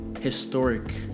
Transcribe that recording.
historic